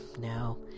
No